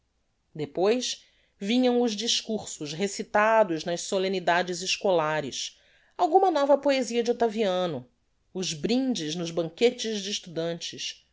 depois vinham os discursos recitados nas solemnidades escolares alguma nova poesia de octaviano os brindes nos banquetes de estudantes